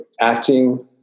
acting